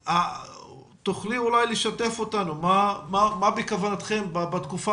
תוכלי אולי לשתף אותנו מה בכוונתם בתקופה